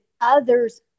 others